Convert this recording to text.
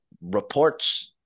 reports